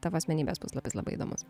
tavo asmenybės puslapis labai įdomus